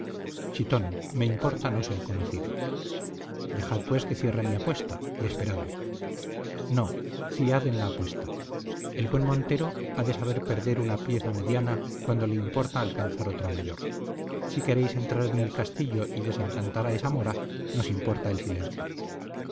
me importa no ser conocido dejad pues que cierre mi apuesta y esperadme no ciad en la apuesta el buen montero ha de saber perder una pieza mediana cuando le importa alcanzar otra mayor si queréis entrar en el castillo y desencantar a esa mora nos importa el silencio